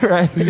Right